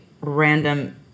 random